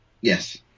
Yes